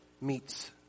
meets